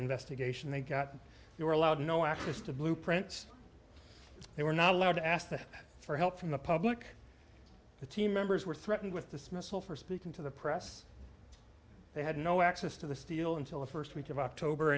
investigation they got they were allowed no access to blueprints they were not allowed to ask for help from the public the team members were threatened with dismissal for speaking to the press they had no access to the steel until the first week of october